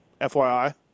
FYI